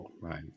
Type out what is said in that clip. right